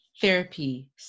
therapy